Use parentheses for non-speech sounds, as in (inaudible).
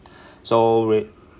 (breath) so rea~